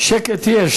שקט יש,